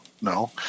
no